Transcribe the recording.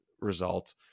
result